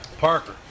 Parker